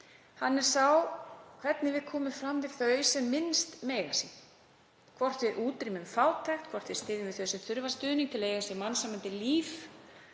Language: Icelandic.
Hann er sá hvernig við komum fram við þau sem minnst mega sín, hvort við útrýmum fátækt, hvort við styðjum við þau sem þurfa stuðning til að eiga mannsæmandi líf,